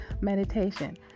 meditation